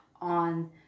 on